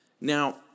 Now